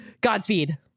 Godspeed